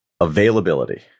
availability